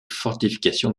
fortifications